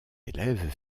élèves